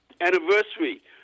anniversary